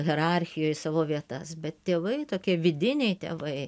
hierarchijoj savo vietas bet tėvai tokie vidiniai tėvai